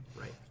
Right